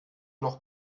noch